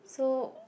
so